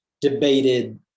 debated